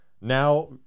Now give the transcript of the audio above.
now